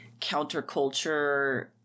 counterculture